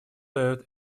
дает